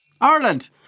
Ireland